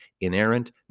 inerrant